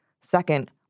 Second